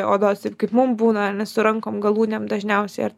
odos ir kaip mum būna ane su rankom galūnėm dažniausiai ar